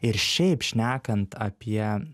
ir šiaip šnekant apie